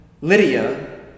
Lydia